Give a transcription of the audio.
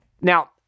Now